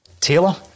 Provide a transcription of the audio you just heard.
Taylor